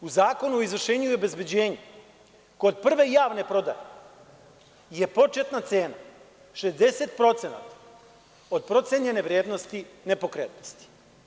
U Zakonu o izvršenju i obezbeđenju kod prve javne prodaje je početna cena 60% od procenjene vrednosti nepokretnosti.